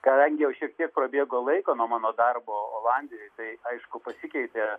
kadangi jau šiek tiek prabėgo laiko nuo mano darbo olandijoj tai aišku pasikeitė